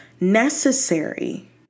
necessary